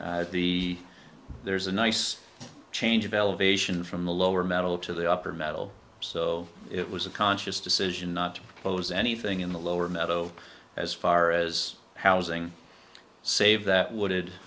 the there's a nice change of elevation from the lower metal to the upper metal so it was a conscious decision not to propose anything in the lower meadow as far as housing save that wo